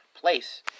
place